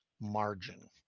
margin